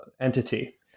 entity